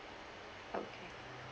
okay